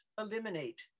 eliminate